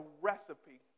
recipe